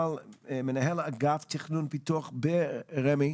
הוא מנהל אגף תכנון ופיתוח ברמ"י.